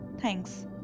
thanks